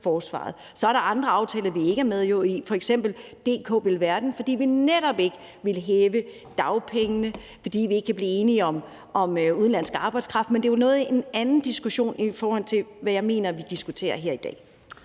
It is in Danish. forsvaret. Så er der andre aftaler, vi ikke er med i, fordi vi netop ikke ville hæve dagpengene, og fordi vi ikke kunne blive enige om udenlandsk arbejdskraft, men det er jo en noget anden diskussion, i forhold til hvad jeg mener vi diskuterer her i dag.